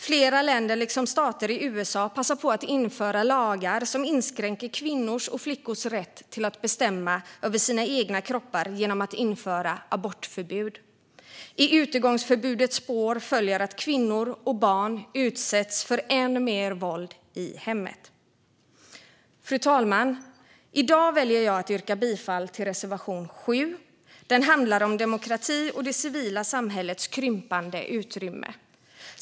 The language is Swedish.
Flera länder, liksom stater i USA, passar på att införa lagar som inskränker kvinnors och flickors rätt att bestämma över sina egna kroppar genom att införa abortförbud. I utegångsförbudets spår följer att kvinnor och barn utsätts för än mer våld i hemmet. Fru talman! I dag väljer jag att yrka bifall till reservation 7. Den handlar om demokrati och det civila samhällets krympande utrymme.